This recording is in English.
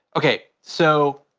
okay, so,